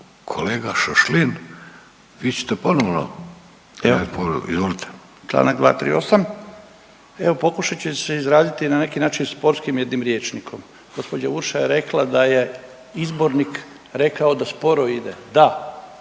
**Šašlin, Stipan (HDZ)** Članak 238., evo pokušat ću se izraziti na neki način sportskim jednim rječnikom. Gospođa Urša je rekla da je izbornik rekao da sporo ide, da